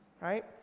Right